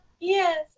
Yes